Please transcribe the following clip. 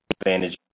advantage